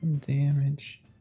damage